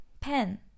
Pen